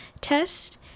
test